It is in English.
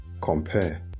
compare